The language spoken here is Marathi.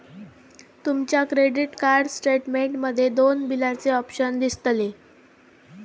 तुमच्या क्रेडीट कार्ड स्टेटमेंट मध्ये दोन बिलाचे ऑप्शन दिसतले